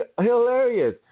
hilarious